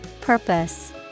Purpose